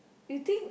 you think